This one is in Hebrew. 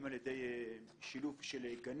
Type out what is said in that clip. אם על ידי שילוב גנים,